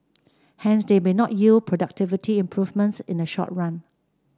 hence they may not yield productivity improvements in the short run